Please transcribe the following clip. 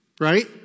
Right